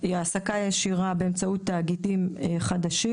העסקה ישירה באמצעות תאגידים חדשים.